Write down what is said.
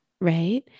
Right